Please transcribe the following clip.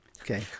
Okay